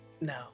No